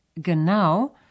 genau